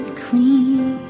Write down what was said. clean